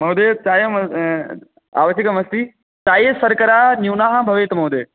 महोदय चायम् आवश्यकम् अस्ति चाये शर्करा न्यूनः भवेत् महोदय